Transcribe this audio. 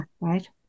right